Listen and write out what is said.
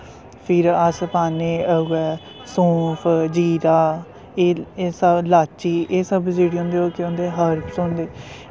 फिर अस पान्ने सोंफ जीरा एह् लाच्ची एह् सब जेह्ड़े होंदे ओह् केह् होंदे हर्बस होंदे